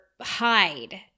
hide